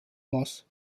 bass